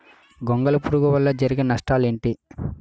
గొంగళి పురుగు వల్ల జరిగే నష్టాలేంటి?